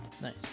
Nice